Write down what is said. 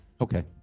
Okay